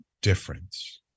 difference